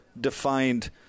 defined